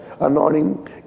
anointing